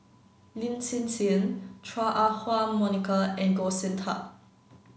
lin Hsin Hsin Chua Ah Huwa Monica and Goh Sin Tub